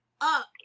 up